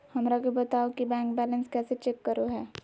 हमरा के बताओ कि बैंक बैलेंस कैसे चेक करो है?